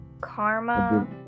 Karma